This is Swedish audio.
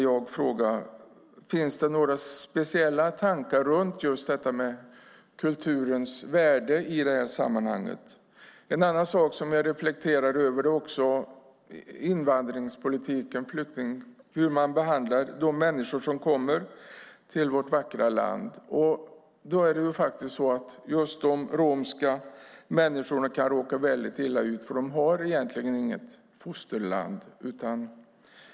Jag frågar: Finns det några speciella tankar om kulturens värde i det här sammanhanget? En annan sak jag reflekterar över är invandringspolitiken, hur man behandlar de människor som kommer till vårt vackra land. Just de romska människorna kan råka väldigt illa ut eftersom de egentligen inte har något fosterland.